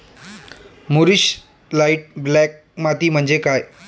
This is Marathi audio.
मूरिश लाइट ब्लॅक माती म्हणजे काय?